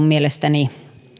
mielestäni